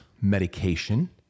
medication